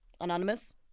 Anonymous